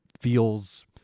feels